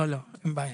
אין בעיה.